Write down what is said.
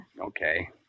Okay